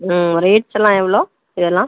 ம் ரேட்டுலாம் எவ்வளோ இதெல்லாம்